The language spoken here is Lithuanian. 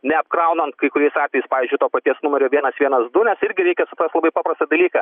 neapkraunant kai kuriais atvejais pavyzdžiui to paties numerio vienas vienas du nes irgi reikia suprast labai paprastą dalyką